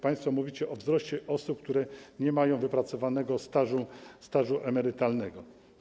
Państwo mówicie o wzroście dla osób, które nie mają wypracowanego stażu emerytalnego.